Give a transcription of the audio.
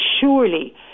surely